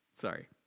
Sorry